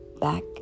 back